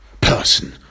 person